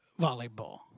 volleyball